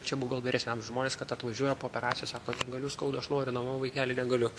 čia bū gal vyresnio amžiaus žmonės kad atvažiuoja po operacijos sako negaliu skauda aš noriu namo vaikeli negaliu